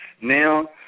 Now